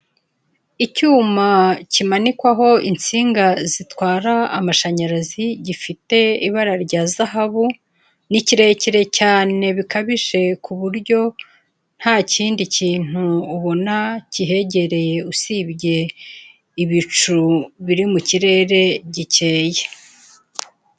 Icyuma kimanikwaho insinga zitwara amashanyarazi, gifite ibara rya zahabu, ni kirekire cyane bikabije ku buryo nta kindi kintu ubona kihegereye usibye ibicu biri mu kirere gikeye.